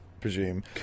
presume